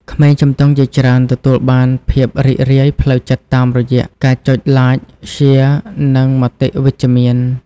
ក្មេងជំទង់ជាច្រើនទទួលបានភាពរីករាយផ្លូវចិត្តតាមរយៈ ការចុច ឡាច ស៊ែរ និងមតិវិជ្ជមាន។